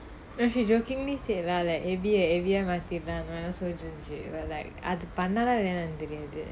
no she jokingly said lah like abiya abiya மாத்திடலாம் அது பண்ணல இல்லையானு தெரியாது:maathidalaam athu panala illaiyaanu teriyaathu